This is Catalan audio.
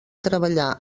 treballar